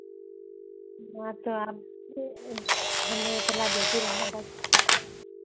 हाँ तो आप भी हमें सलाह देती रहना बस